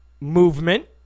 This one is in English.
movement